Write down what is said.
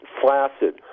flaccid